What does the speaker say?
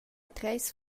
treis